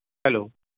hello